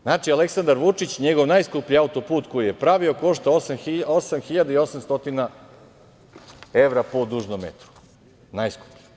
Znači, Aleksandar Vučić, njegov najskuplji auto-put koji je pravio košta osam hiljada i 800 evra po dužnom metru, najskuplji.